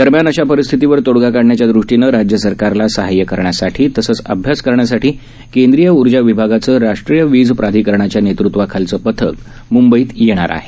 दरम्यान अशा परिस्थितीवर तोडगा काढण्याच्या दृष्टीनं राज्य सरकारला साहाय्य करण्यासाठी तसच अभ्यास करण्यासाठी केंद्रीय ऊर्जा विभागाचं राष्ट्रीय वीज प्राधिकरणाच्या नेतृत्वाखालील पथक मुंबईत येणार आहे